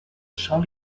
sòl